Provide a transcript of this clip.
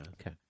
Okay